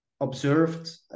observed